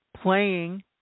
playing